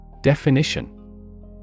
Definition